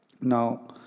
Now